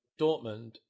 Dortmund